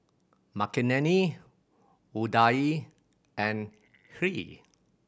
Makineni Udai and Hri